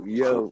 yo